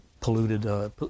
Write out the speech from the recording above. Polluted